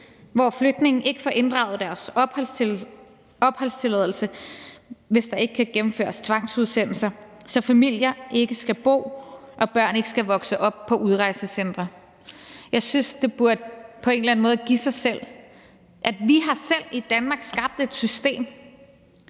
hvor flygtninge ikke får inddraget deres opholdstilladelse, hvis der ikke kan gennemføres tvangsudsendelser, så familier ikke skal bo og børn ikke skal vokse op på udrejsecentre. Jeg synes, det på en eller anden måde burde give sig selv, at vi i Danmark selv har skabt et system,